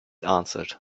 answered